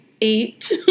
eight